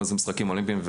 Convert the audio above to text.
מה זה משחקים אולימפיים,